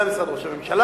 אלא גם למשרד ראש הממשלה,